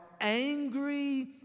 angry